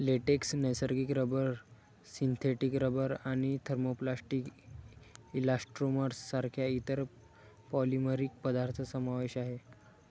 latex, नैसर्गिक rubber, synthetic rubber आणि thermoplastic elastomers सारख्या इतर पॉलिमरिक पदार्थ समावेश आहे